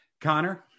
Connor